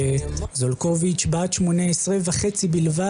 אולי הקשה ביותר שידעו אזרחי מדינת ישראל.